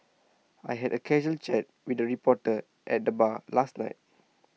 I had A casual chat with A reporter at the bar last night